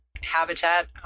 habitat